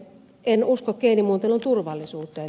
en usko geenimuuntelun turvallisuuteen